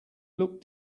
looked